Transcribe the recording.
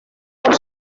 por